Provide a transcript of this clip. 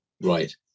Right